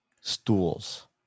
stools